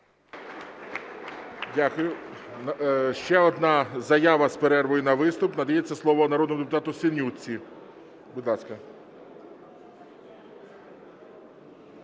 Дякую. Ще одна заява з перервою на виступ. Надається слово народному депутату Синютці, будь ласка.